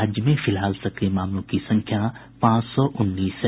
राज्य में फिलहाल सक्रिय मामलों की संख्या पांच सौ उन्नीस है